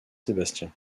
sébastien